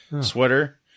sweater